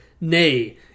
Nay